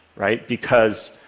right? because,